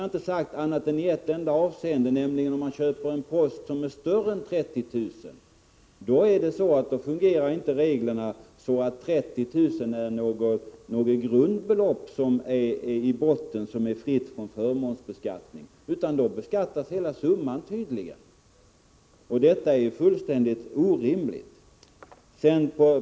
Jag har sagt att det skall ske endast i ett avseende, nämligen om aktiepostens värde överstiger 30 000 kr. Reglerna fungerar då inte så att 30 000 kr. är ett grundbelopp som är fritt från förmånsbeskattning, utan hela summan beskattas. Detta är fullständigt orimligt.